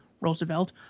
Roosevelt